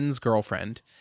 girlfriend